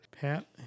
Pat